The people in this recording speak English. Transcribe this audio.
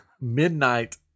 midnight